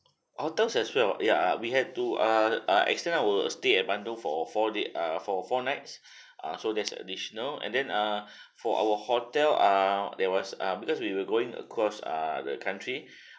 hotel as well ya we had to uh uh extend our stay at bandung for four day uh for four nights uh so that's additional and then uh for our hotel err there was uh because we were going across err the country